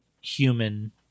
human